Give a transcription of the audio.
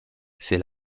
c’est